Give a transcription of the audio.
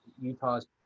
Utah's